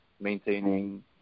maintaining